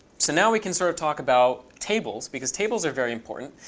so, now, we can sort of talk about tables, because tables are very important.